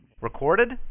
Recorded